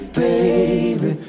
baby